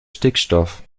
stickstoff